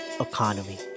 economy